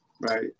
Right